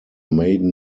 maiden